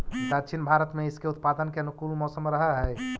दक्षिण भारत में इसके उत्पादन के अनुकूल मौसम रहअ हई